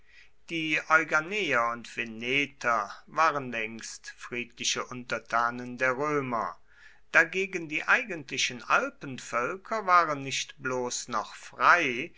die euganeer und veneter waren längst friedliche untertanen der römer dagegen die eigentlichen alpenvölker waren nicht bloß noch frei